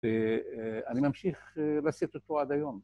‫ואני ממשיך לשאת אותו עד היום.